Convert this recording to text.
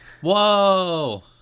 Whoa